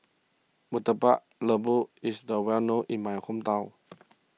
Murtabak Lembu is the well known in my hometown